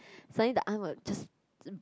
suddenly the aunt will just